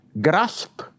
grasp